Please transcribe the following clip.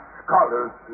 scholars